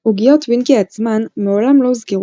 עוגיות טווינקי עצמן מעולם לא הוזכרו